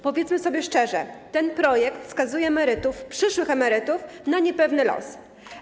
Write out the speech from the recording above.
Powiedzmy sobie szczerze: ten projekt skazuje emerytów, przyszłych emerytów na niepewny los.